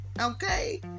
Okay